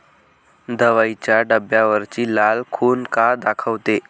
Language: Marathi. दवाईच्या डब्यावरची लाल खून का दाखवते?